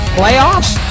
playoffs